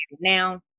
now